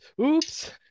Oops